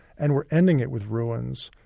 and we're ending it with ruins,